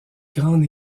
grand